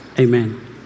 Amen